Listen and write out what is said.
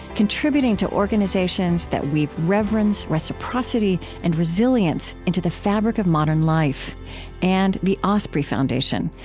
contributing to organizations that weave reverence, reciprocity, and resilience into the fabric of modern life and the osprey foundation,